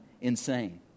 insane